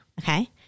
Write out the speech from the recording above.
Okay